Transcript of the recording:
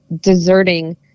deserting